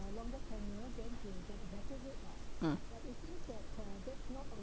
mm